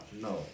No